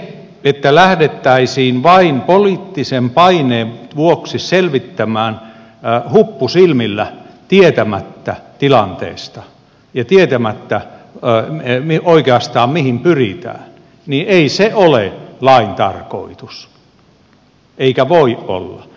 mutta se että lähdettäisiin vain poliittisen paineen vuoksi selvittämään huppu silmillä tietämättä tilanteesta ja tietämättä oikeastaan mihin pyritään ei ole lain tarkoitus eikä voi olla